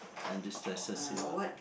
and destresses you ah